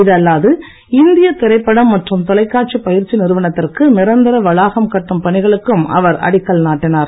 இதல்லாது இந்திய திரைப்படம் மற்றும் தொலைக்காட்சி பயிற்சி நிறுவனத்திற்கு நிரந்தர வளாகம் கட்டும் பணிகளுக்கும் அவர் அடிக்கல் நாட்டினார்